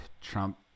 Trump